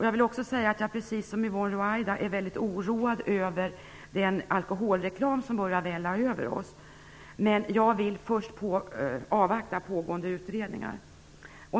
Jag vill också säga att jag precis som Yvonne Ruwaida är väldigt oroad över den alkoholreklam som börjar välla över oss. Men jag vill först avvakta pågående utredningar.